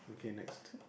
okay next